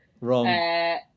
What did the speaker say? wrong